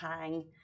hang